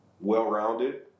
well-rounded